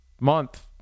month